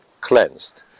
cleansed